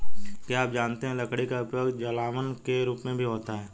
क्या आप जानते है लकड़ी का उपयोग जलावन के रूप में भी होता है?